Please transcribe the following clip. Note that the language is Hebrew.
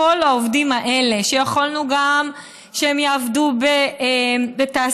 כל העובדים האלה שיכולנו גם שהם יעבדו בתעשייה,